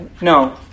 No